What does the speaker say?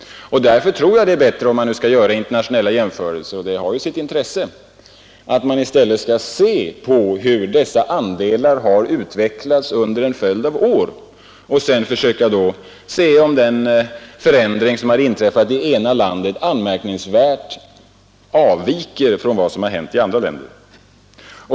Därför tror jag att det är bättre, om man skall göra internationella jämförelser — och det har ju sitt intresse — att man i stället skall se på hur dessa andelar utvecklats under en följd av år och sedan försöka se om den förändring som inträffat i det ena landet anmärkningsvärt avviker från vad som hänt i andra länder.